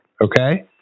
Okay